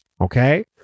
Okay